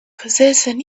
possession